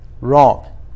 wrong